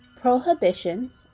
prohibitions